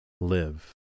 live